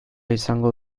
izango